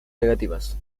negativas